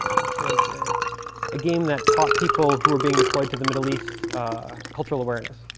which was a ah game that taught people who are being deployed to the middle east cultural awareness.